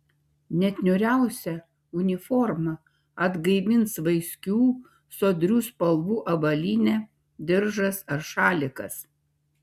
net niūriausią uniformą atgaivins vaiskių sodrių spalvų avalynė diržas ar šalikas